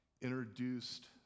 introduced